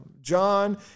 John